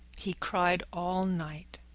he cried all night,